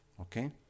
Okay